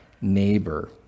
neighbor